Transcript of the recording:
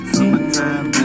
Summertime